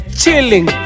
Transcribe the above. chilling